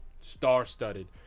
Star-studded